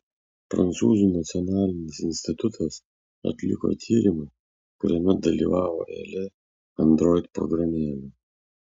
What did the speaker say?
prancūzų nacionalinis institutas atliko tyrimą kuriame dalyvavo eilė android programėlių